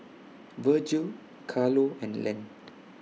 Virgil Carlo and Len